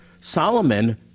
Solomon